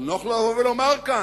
אבל נוח לו לומר כאן: